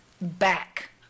back